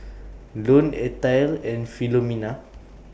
Lone Ethyle and Filomena